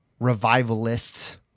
revivalists